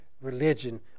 religion